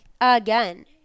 again